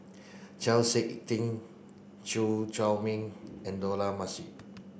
Chau Sik Ting Chew Chor Meng and Dollah Majid